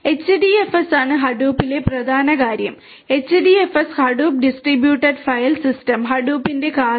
HDFS ആണ് ഹഡൂപ്പിലെ പ്രധാന കാര്യം HDFS ഹഡൂപ്പ് ഡിസ്ട്രിബ്യൂട്ടഡ് ഫയൽ സിസ്റ്റമാണ് ഹഡൂപ്പിന്റെ കാതൽ